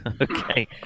Okay